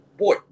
Boy